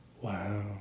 Wow